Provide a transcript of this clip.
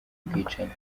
bwicanyi